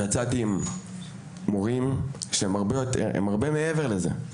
ויצאתי עם מורים שהם הרבה מעבר לזה,